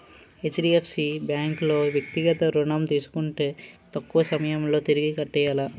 HDFC bank లో వ్యక్తిగత ఋణం తీసుకుంటే తక్కువ సమయంలో తిరిగి కట్టియ్యాల